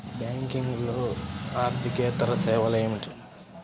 బ్యాంకింగ్లో అర్దికేతర సేవలు ఏమిటీ?